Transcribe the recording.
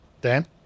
dan